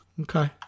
Okay